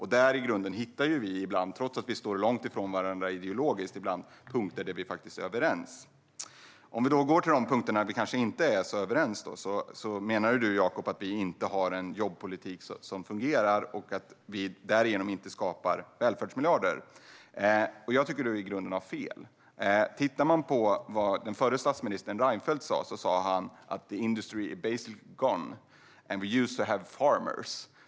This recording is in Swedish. I den grunden hittar vi ibland, trots att vi står långt ifrån varandra ideologiskt, punkter där vi faktiskt är överens. När det gäller de punkter där vi kanske inte är så överens menar du att vi inte har en jobbpolitik som fungerar, Jakob, och att vi därigenom inte skapar välfärdsmiljarder. Jag tycker att du i grunden har fel. Förre statsministern Reinfeldt sa: The industry is basically gone. Han sa också: We used to have farmers.